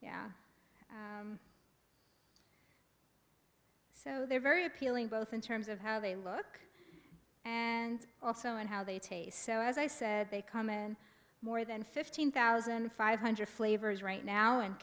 yeah so they're very appealing both in terms of how they look and also and how they taste so as i said they come in more than fifteen thousand five hundred flavors right now and